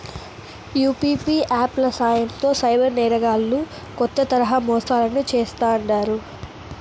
UPI app ల సాయంతో cyber నేరగాల్లు కొత్త తరహా మోసాలను చేస్తాండారు